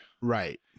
Right